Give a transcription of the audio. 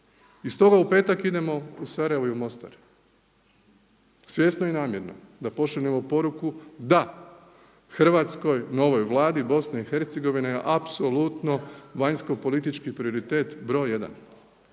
I stoga u petak idemo u Sarajevo i Mostar, svjesno i namjerno, da pošaljemo poruku da, hrvatskoj novoj Vladi Bosne i Hercegovine apsolutno vanjsko politički prioritet br. 1.